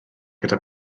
gyda